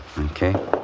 Okay